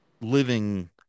living